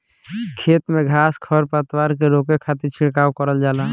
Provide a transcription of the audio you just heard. खेत में घास खर पतवार के रोके खातिर छिड़काव करल जाला